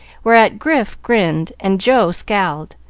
whereat grif grinned and joe scowled,